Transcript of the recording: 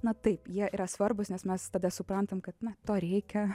na taip jie yra svarbūs nes mes tada suprantam kad na to reikia